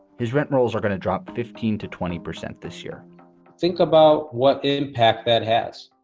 his rent rolls are going to drop fifteen to twenty percent this year think about what impact that has.